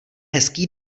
hezký